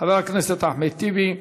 חבר הכנסת אחמד טיבי,